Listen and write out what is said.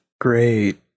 Great